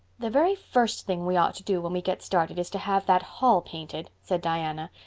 the very first thing we ought to do when we get started is to have that hall painted, said diana,